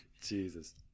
Jesus